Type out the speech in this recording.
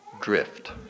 drift